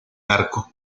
arco